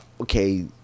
okay